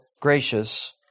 gracious